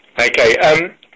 Okay